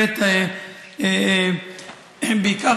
ובעיקר,